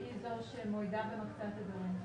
שהיא זו שמקצה תדרים.